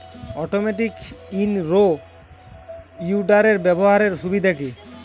Automatic in row উইডারের ব্যবহারের সুবিধা কি?